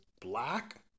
black